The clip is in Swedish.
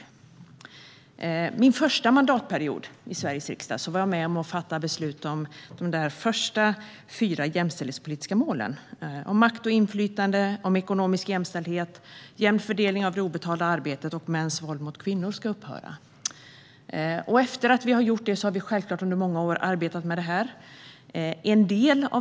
Under min första mandatperiod i Sveriges riksdag var jag med om att fatta beslut om de första fyra jämställdhetspolitiska målen: om makt och inflytande, om ekonomisk jämställdhet, om jämn fördelning av det obetalda arbetet och om att mäns våld mot kvinnor ska upphöra. Efter det har vi självklart arbetat med det här under många år.